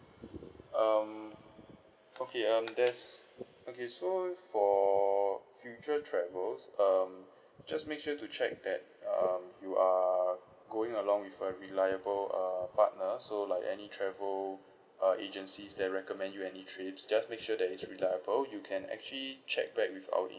um okay um there's okay so for future travels um just make sure to check that um you are going along with a reliable uh partner so like any travel uh agencies that recommend you any trips just make sure that it's reliable you can actually check back with our